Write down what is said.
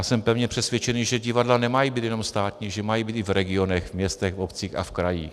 Já jsem pevně přesvědčený, že divadla nemají být jenom státní, že mají být i v regionech, městech, obcích a v krajích.